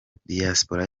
diaspora